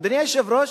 אדוני היושב-ראש,